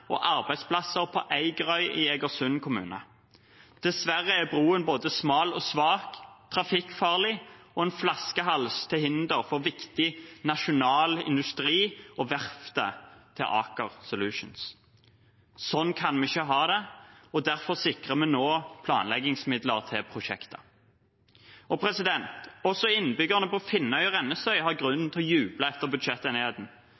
og arbeidsplasser på Eigerøy i Eigersund kommune. Dessverre er broen både smal og svak, trafikkfarlig og en flaskehals, til hinder for viktig nasjonal industri og verftet til Aker Solutions. Sånn kan vi ikke ha det, derfor sikrer vi nå planleggingsmidler til prosjektet. Også innbyggerne på Finnøy og Rennesøy har